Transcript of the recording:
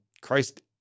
Christ